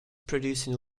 producing